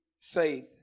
faith